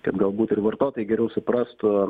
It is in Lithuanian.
kad galbūt ir vartotojai geriau suprastų